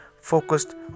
focused